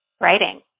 writing